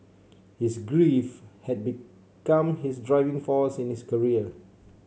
his grief had become his driving force in his career